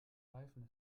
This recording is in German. reifen